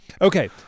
Okay